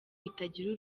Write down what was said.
itagira